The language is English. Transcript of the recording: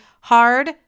hard